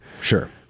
Sure